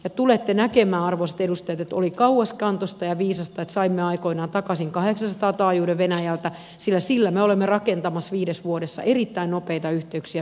ja tulette näkemään arvoisat edustajat oli kauaskantoista ja viisasta saimme aikoinaan takaisin kahdeksansataa taajuuden venäjältä sillä sillä me olemme rakentamassa viidessä vuodessa erittäin nopeita yhteyksiä